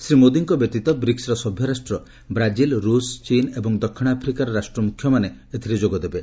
ଶ୍ରୀ ମୋଦିଙ୍କ ବ୍ୟତୀତ ବ୍ରିକ୍କର ସଭ୍ୟ ରାଷ୍ଟ୍ର ବ୍ରାଜିଲ ରୁଷ ଚୀନ ଏବଂ ଦକ୍ଷିଣ ଆଫ୍ରିକାର ରାଷ୍ଟ୍ର ମୁଖ୍ୟମାନେ ଏଥିରେ ଯୋଗଦେବେ